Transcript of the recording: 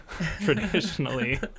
traditionally